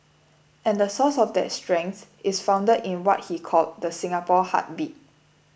and the source of that strength is founded in what he called the Singapore heartbeat